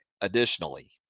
additionally